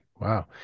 Wow